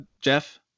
Jeff